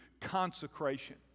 consecration